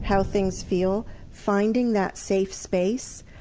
how things feel finding that safe space.